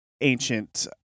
ancient